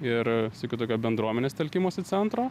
ir sykiu tokio bendruomenės telkimosi centro